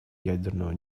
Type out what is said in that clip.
ядерного